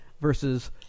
versus